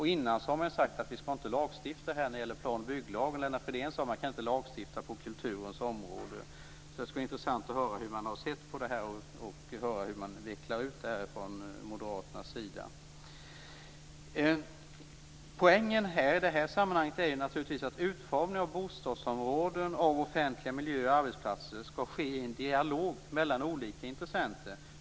Men tidigare har man ju sagt att vi inte skall lagstifta när det gäller plan och bygglagen. Lennart Fridén sade att man inte kan lagstifta på kulturens område. Det vore därför intressant att höra hur man ser på detta och hur man utvecklar detta från moderaternas sida. Poängen i detta sammanhang är naturligtvis att utformningen av bostadsområden, offentliga miljöer och arbetsplatser skall ske i en dialog mellan olika intressenter.